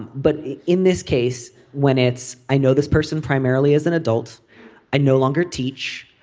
but in this case when it's i know this person primarily as an adult i no longer teach.